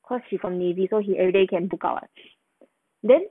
cause he from navy so he everyday can buka [what] then